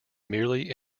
merely